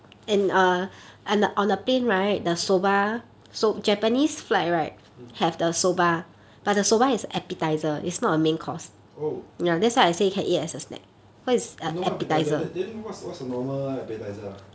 mm oh normal appetiser then then what's what's a normal appetiser ah